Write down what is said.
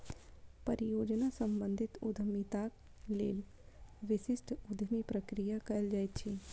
परियोजना सम्बंधित उद्यमिताक लेल विशिष्ट उद्यमी प्रक्रिया कयल जाइत अछि